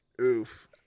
Oof